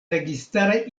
registaraj